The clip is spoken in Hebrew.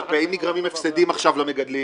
מצפה שאם נגרמים הפסדים עכשיו למגדלים